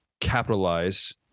capitalize